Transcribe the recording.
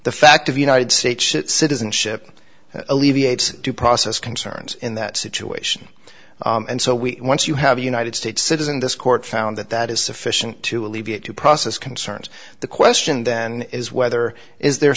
the fact of united states citizenship alleviates due process concerns in that situation and so we once you have a united states citizen this court found that that is sufficient to alleviate due process concerns the question then is whether is the